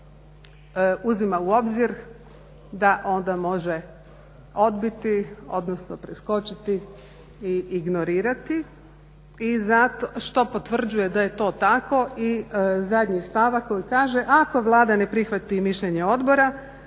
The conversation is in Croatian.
uzima u obzir da onda može odbiti, odnosno preskočiti i ignorirati, što potvrđuje da je to tako i zadnji stavak koji kaže ako Vlada ne prihvati mišljenje odbora